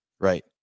right